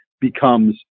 becomes